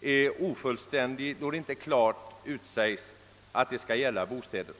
är ofullständigt, då det inte klart utsägs att det skall gälla bostäderna.